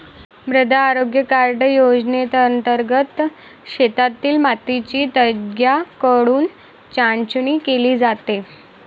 मृदा आरोग्य कार्ड योजनेंतर्गत शेतातील मातीची तज्ज्ञांकडून चाचणी केली जाते